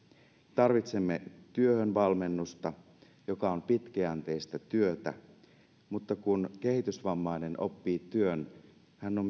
tarvitsemme työhönvalmennusta joka on pitkäjänteistä työtä mutta kun kehitysvammainen oppii työn hän on